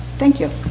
thank you.